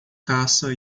caça